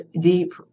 deep